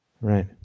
Right